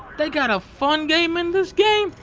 they got a fun game in this game?